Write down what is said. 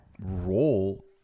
role